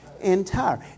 entire